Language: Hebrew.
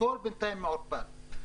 הכול בינתיים מעורפל.